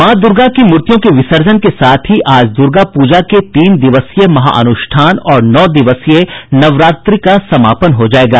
मॉ दुर्गा की मूर्तियों के विसर्जन के साथ ही आज दुर्गा पूजा के तीन दिवसीय महानुष्ठान और नौ दिवसीय नवरात्रि का समापन हो जायेगा